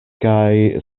kaj